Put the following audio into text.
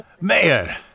man